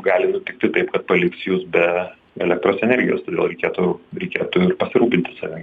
gali nutikti taip paliks jus be elektros energijos todėl reikėtų reikėtų pasirūpinti savim